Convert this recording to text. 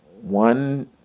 One